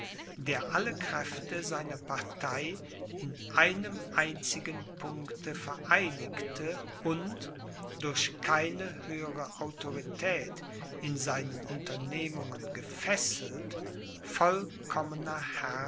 der alle kräfte seiner partei in einem einzigen punkte vereinigte und durch keine höhere autorität in seinen unternehmungen gefesselt vollkommener